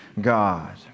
God